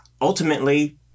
Ultimately